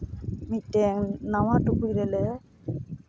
ᱢᱤᱫᱴᱮᱱ ᱱᱟᱣᱟ ᱴᱩᱠᱩᱡ ᱨᱮᱞᱮ